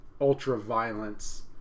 ultra-violence